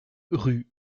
rue